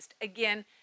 Again